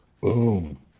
Boom